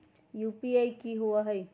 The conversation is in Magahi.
यू.पी.आई कि होअ हई?